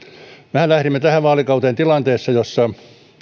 mehän lähdimme tähän vaalikauteen tilanteessa jossa